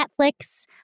Netflix